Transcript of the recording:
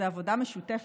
זה עבודה משותפת,